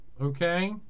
Okay